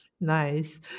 Nice